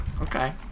Okay